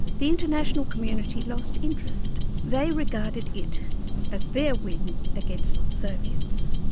the international community lost interest they regarded it as their win against the soviets.